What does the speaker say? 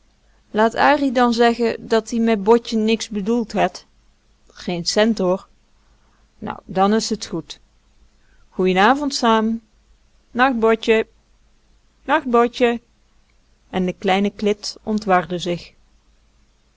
an dan zeggen dat-ie met botje niks bedoeld het geen cent hoor nou dan is t goed goeien avond saam nacht botje nacht botje en de kleine klit ontwarde zich